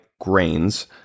grains